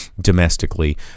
domestically